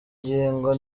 ngingo